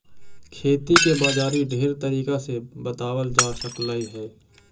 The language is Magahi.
खेती के बाजारी ढेर तरीका से बताबल जा सकलाई हे